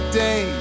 day